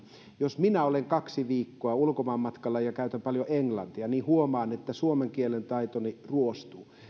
jos minä olen kaksi viikkoa ulkomaanmatkalla ja käytän paljon englantia niin huomaan että suomen kielen taitoni ruostuu